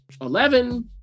Eleven